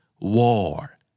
War